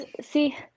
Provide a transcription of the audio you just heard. See